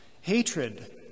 hatred